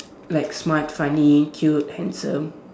like smart funny cute handsome